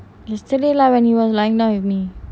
yesterday lah when you were lying down with me